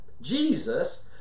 Jesus